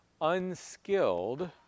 unskilled